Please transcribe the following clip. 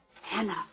Hannah